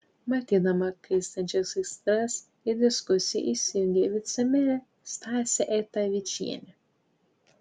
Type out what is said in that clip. matydama kaistančias aistras į diskusiją įsijungė vicemerė stasė eitavičienė